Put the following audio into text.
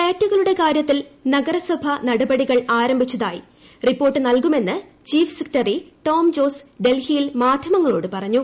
ഫ്ളാറ്റുകളുടെ കാര്യത്തിൽ നഗരസഭ നടപടികൾ ആരംഭിച്ചതായി റിപ്പോർട്ട് നൽകുമെന്ന് ചീഫ് സെക്രട്ടറി ടോം ജോസ് ഡൽഹിയിയിൽ മാധ്യമങ്ങളോട് പറഞ്ഞു